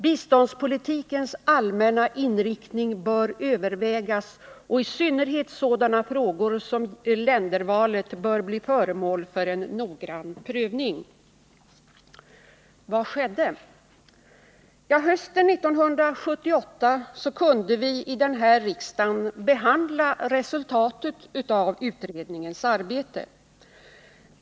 Biståndspolitikens allmänna inriktning bör övervägas, och i synnerhet sådana frågor som ländervalet bör bli föremål för en noggrann prövning.” Hösten 1978 kunde vi i denna riksdag behandla resultatet av utredningens arbete.